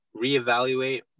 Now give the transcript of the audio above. reevaluate